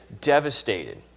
devastated